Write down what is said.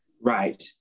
Right